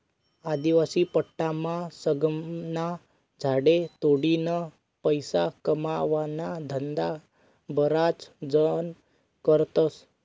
आदिवासी पट्टामा सागना झाडे तोडीन पैसा कमावाना धंदा बराच जण करतस